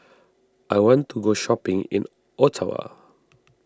I want to go shopping in Ottawa